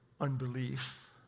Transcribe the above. unbelief